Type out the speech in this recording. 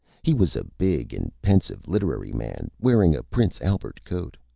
he was a big and pensive literary man, wearing a prince albert coat,